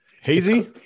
Hazy